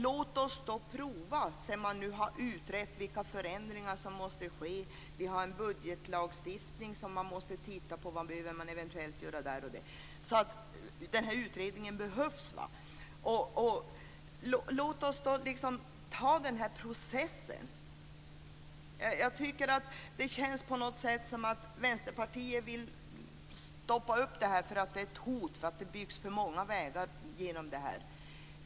Låt oss, sedan man har utrett vilka förändringar som måste ske, prova det här! Vi har en budgetlagstiftning som man måste titta på. Vad behöver man eventuellt göra i det avseendet? Den här utredningen behövs alltså. Låt oss gå in i den här processen! Det känns på något sätt som om Vänsterpartiet vill stoppa det här för att det är ett hot och för att det byggs för många vägar i och med det.